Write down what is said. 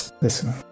Listen